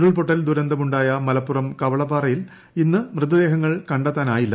ഉരുൾപൊട്ടൽ ദുരന്തം ഉ ായ മലപ്പുറം കവളപ്പാറയിൽ ഇന്ന് മൃതദേഹങ്ങൾ ക െ ത്താനായില്ല